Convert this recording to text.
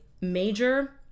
major